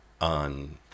on